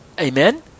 Amen